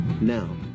now